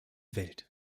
welt